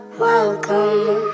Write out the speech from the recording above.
Welcome